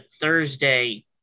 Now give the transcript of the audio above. Thursday